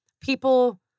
people